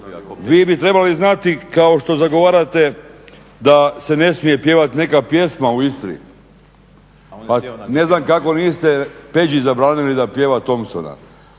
Vi bi trebali znati kao što zagovarate da se ne smije pjevati neka pjesma u Istri, ne znam kako niste Peđi zabranili da pjeva Tompsona,